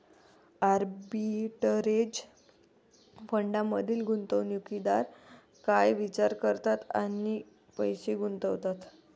Arbitrage फंडांमधील गुंतवणूकदार काय विचार करतात आणि पैसे गुंतवतात?